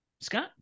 Scott